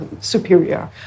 superior